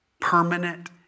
permanent